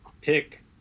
pick